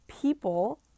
people